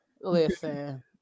listen